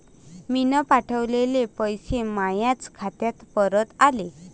मीन पावठवलेले पैसे मायाच खात्यात परत आले